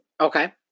Okay